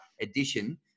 edition